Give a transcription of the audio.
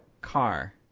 Car